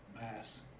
Mass